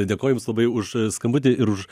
dėkoju jums labai už skambutį ir už